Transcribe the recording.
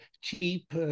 cheap